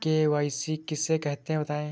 KYC किसे कहते हैं बताएँ?